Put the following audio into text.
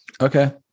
okay